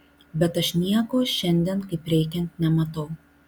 bet aš nieko šiandien kaip reikiant nematau